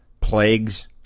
plagues